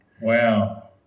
Wow